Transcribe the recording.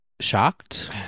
shocked